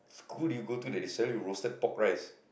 who do you go to that they sell you roasted pork rice